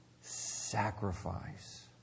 sacrifice